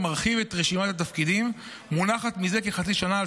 המרחיבה את רשימת התפקידים מונחת מזה כחצי שנה על